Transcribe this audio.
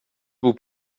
vous